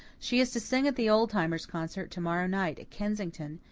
she is to sing at the old timers' concert to-morrow night at kensington.